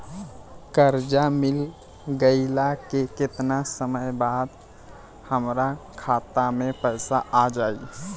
कर्जा मिल गईला के केतना समय बाद हमरा खाता मे पैसा आ जायी?